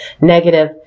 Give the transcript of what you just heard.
negative